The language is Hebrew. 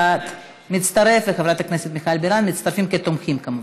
אין מתנגדים, אין נמנעים.